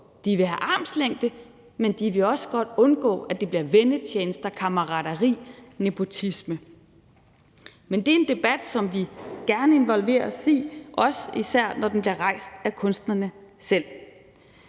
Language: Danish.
De vil have armslængde, men de vil også godt undgå, at det bliver vennetjenester, kammerateri og nepotisme. Det er en debat, som vi gerne involverer os i, også især når den bliver rejst af kunstnerne selv.